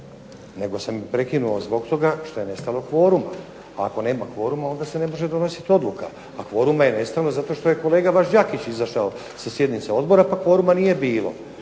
nego sam prekinuo zbog toga što je nestalo kvoruma. Ako nema kvoruma onda se ne može donositi odluka. A kvoruma je nestalo zato što je kolega Đakić izašao sa sjednice Odbora pa kvoruma nije bilo.